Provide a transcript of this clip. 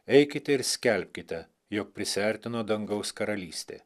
eikite ir skelbkite jog prisiartino dangaus karalystė